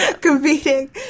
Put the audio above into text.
competing